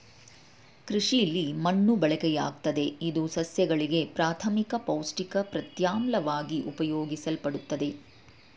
ಕೃಷಿಲಿ ಮಣ್ಣು ಬಳಕೆಯಾಗ್ತದೆ ಇದು ಸಸ್ಯಗಳಿಗೆ ಪ್ರಾಥಮಿಕ ಪೌಷ್ಟಿಕ ಪ್ರತ್ಯಾಮ್ಲವಾಗಿ ಉಪಯೋಗಿಸಲ್ಪಡ್ತದೆ